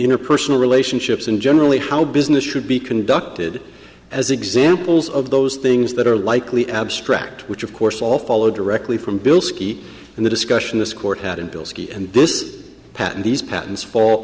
interpersonal relationships and generally how business should be conducted as examples of those things that are likely abstract which of course all follow directly from bilski in the discussion this court had in bilski and this patent these patents fall